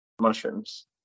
mushrooms